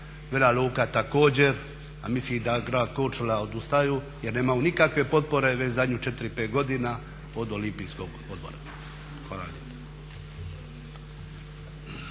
Vela Luka također, a mislim da grad Korčula odustaje jer nemaju nikakve potpore već zadnjih 4, 5 godina od Olimpijskog odbora. Hvala lijepa.